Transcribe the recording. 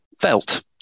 felt